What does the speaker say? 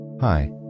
Hi